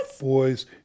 boys